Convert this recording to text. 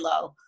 low